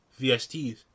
VSTs